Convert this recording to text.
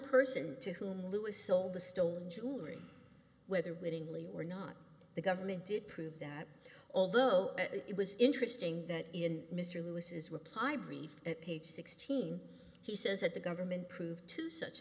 person to whom lewis sold the stolen jewelry whether wittingly or not the government did prove that although it was interesting that in mr lewis's reply brief at page sixteen he says that the government proved two such